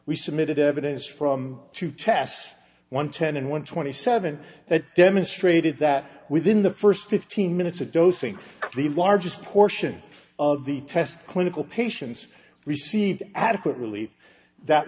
we submitted evidence from two tests one ten and one twenty seven that demonstrated that within the first fifteen minutes ago think the largest portion of the test clinical patients received adequate relief that